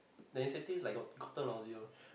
the incentives like got gotten lousier